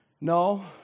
no